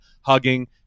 hugging